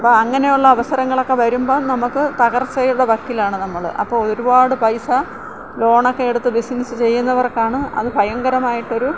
അപ്പം അങ്ങനെയുള്ള അവസരങ്ങളൊക്കെ വരുമ്പം നമുക്ക് തകർച്ചയുടെ വക്കിലാണ് നമ്മൾ അപ്പോൾ ഒരുപാട് പൈസ ലോണൊക്കെ എടുത്ത് ബിസിനസ് ചെയ്യുന്നവർക്ക് ആണ് അത് ഭയങ്കരമായിട്ട് ഒരു